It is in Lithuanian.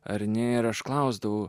ar ne aš klausdavau